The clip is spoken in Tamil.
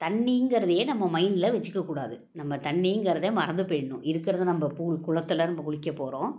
தண்ணிங்கிறதயே நம்ம மைண்டில் வெச்சிக்கக்கூடாது நம்ம தண்ணிங்கிறத மறந்து போயிடணும் இருக்கிறத நம்ம பூ குளத்தில் நம்ம குளிக்கப்போகிறோம்